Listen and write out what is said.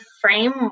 frame